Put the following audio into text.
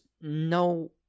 no